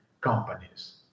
companies